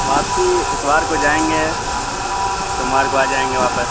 واپسی اتوار کو جائیں گے سوموار کو آ جائیں گے واپس